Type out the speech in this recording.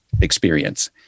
experience